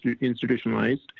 institutionalized